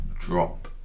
drop